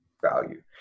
value